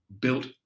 built